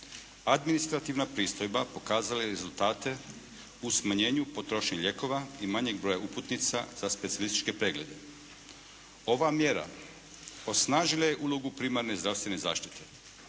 administrativna pristojba pokazala je rezultate u smanjenju potrošnje lijekova i manjeg broja uputnica za specijalističke preglede. Ova mjera osnažila je ulogu primarne zdravstvene zaštite.